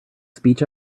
speech